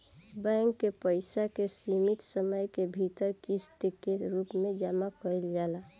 bank के पइसा के सीमित समय के भीतर किस्त के रूप में जामा कईल जाला